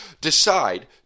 decide